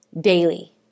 daily